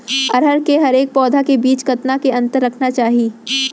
अरहर के हरेक पौधा के बीच कतना के अंतर रखना चाही?